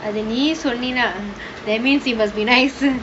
slowly that means